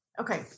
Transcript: Okay